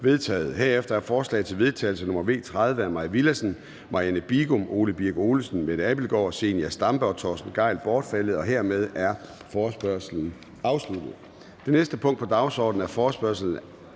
Herefter er forslag til vedtagelse nr. V 30 af Mai Villadsen (EL), Marianne Bigum (SF), Ole Birk Olesen (LA), Mette Abildgaard (KF), Zenia Stampe (RV) og Torsten Gejl (ALT) bortfaldet. Hermed er forespørgslen afsluttet. --- Det næste punkt på dagsordenen er: 3) Fortsættelse